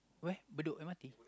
where Bedok-M_R_T